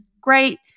great